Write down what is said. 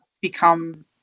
become